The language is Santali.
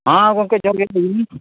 ᱦᱮᱸ ᱜᱚᱝᱠᱮ ᱡᱚᱦᱟᱨ ᱜᱮ